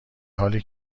حالی